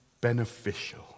beneficial